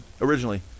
originally